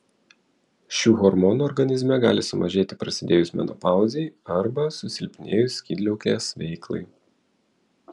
šių hormonų organizme gali sumažėti prasidėjus menopauzei arba susilpnėjus skydliaukės veiklai